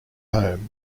home